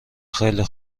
خیلی